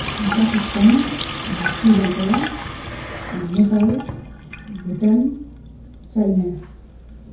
Pakistan Sri Lanka Nepal Bhutan China